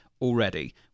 already